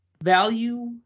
Value